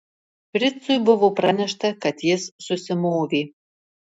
fricui buvo pranešta kad jis susimovė